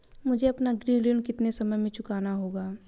मुझे अपना गृह ऋण कितने समय में चुकाना होगा?